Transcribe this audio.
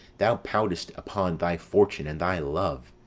thou pout'st upon thy fortune and thy love.